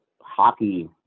hockey